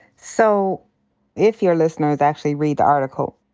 so if your listeners actually read the article,